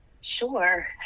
Sure